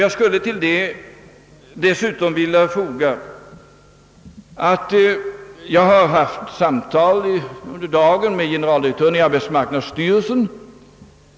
Dessutom vill jag tillfoga att jag under dagen haft samtal med generaldirektören i arbetsmarknadsstyrelsen.